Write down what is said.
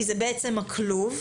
כי זה בעצם הכלוב,